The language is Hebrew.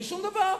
שום דבר.